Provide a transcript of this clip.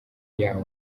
yaho